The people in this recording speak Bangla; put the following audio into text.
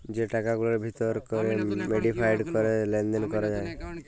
যে টাকাগুলার ভিতর ক্যরে মডিফায়েড ক্যরে লেলদেল ক্যরা হ্যয়